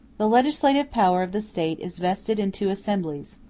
the legislative power of the state is vested in two assemblies,